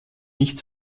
nicht